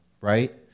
right